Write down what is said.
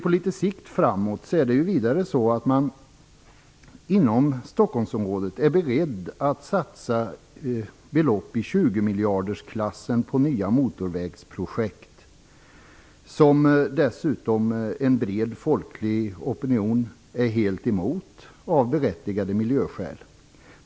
På litet sikt är man inom Stockholmsområdet beredd att satsa belopp i tjugomiljardersklassen på nya motorvägsprojekt, som dessutom en bred folklig opinion är helt emot av berättigade miljöskäl.